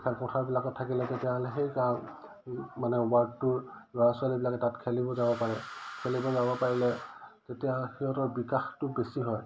খেলপথাৰাবিলাকত থাকিলে তেতিয়াহ'লে সেই তাৰ মানে ৱাৰ্ডটোৰ ল'ৰা ছোৱালীবিলাকে তাত খেলিব যাব পাৰে খেলিব যাব পাৰিলে তেতিয়া সিহঁতৰ বিকাশটো বেছি হয়